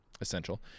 essential